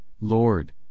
Lord